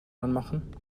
anmachen